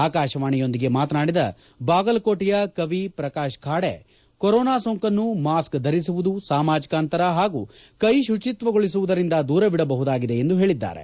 ಆಕಾಶವಾಣಿಯೊಂದಿಗೆ ಮಾತನಾಡಿದ ಬಾಗಲಕೋಟೆಯ ಕವಿ ಪ್ರಕಾಶ್ ಖಾಡೆ ಕೊರೋನಾ ಸೋಂಕನ್ನು ಮಾಸ್ಕ್ ಧರಿಸುವುದು ಸಾಮಾಜಿಕ ಅಂತರ ಹಾಗೂ ಕೈಶುಚಿತ್ವಗೊಳಿಸುವುದರಿಂದ ದೂರವಿಡಬಹುದಾಗಿದೆ ಎಂದು ಹೇಳಿದ್ದಾರೆ